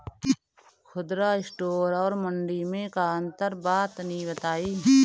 खुदरा स्टोर और मंडी में का अंतर बा तनी बताई?